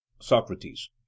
socrates